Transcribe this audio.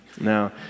now